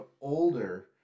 older